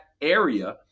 area